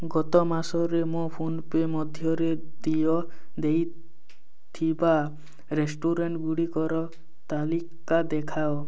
ଗତ ମାସରେ ମୁଁ ଫୋନ୍ପେ ମଧ୍ୟମରେ ଦେୟ ଦେଇଥିବା ରେଷ୍ଟୁରାଣ୍ଟ୍ ଗୁଡ଼ିକର ତାଲିକା ଦେଖାଅ